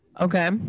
okay